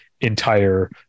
entire